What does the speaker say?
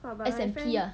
S_N_P ah